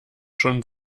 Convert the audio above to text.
schon